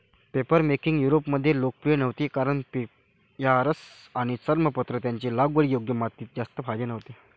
papermaking युरोपमध्ये लोकप्रिय नव्हती कारण पेपायरस आणि चर्मपत्र यांचे लागवडीयोग्य मातीत जास्त फायदे नव्हते